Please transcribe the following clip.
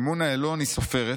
אמונה אלון היא סופרת,